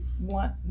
want